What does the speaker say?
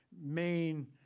main